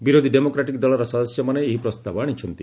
ବିରୋଧି ଡେମୋକ୍ରାଟିକ୍ ଦଳର ସଦସ୍ୟମାନେ ଏହି ପ୍ରସ୍ତାବ ଆଶିଛନ୍ତି